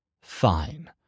Fine